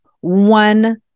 one